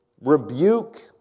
rebuke